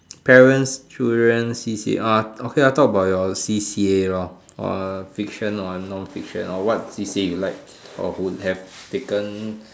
parents children C_C_R okay talk about your C_C_A lor or a fiction or a non fiction or what C_C_A you like or would have taken